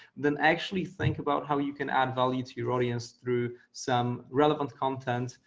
then actually think about how you can add value to your audience through some relevant content,